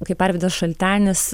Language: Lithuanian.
kaip arvydas šaltenis